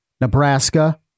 Nebraska